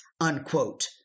unquote